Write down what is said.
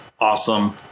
awesome